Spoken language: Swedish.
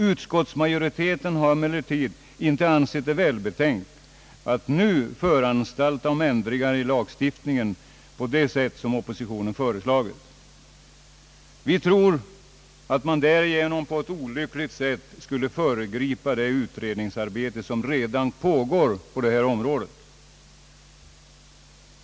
Utskottsmajoriteten har emellertid inte ansett det välbetänkt att nu föranstalta om ändringar i lagstiftningen på det sätt som oppositionen föreslagit. Vi tror att man därigenom på ett olyckligt sätt skulle föregripa det utredningsarbete som redan pågår inom detta område.